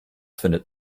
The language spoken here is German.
findet